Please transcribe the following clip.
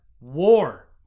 war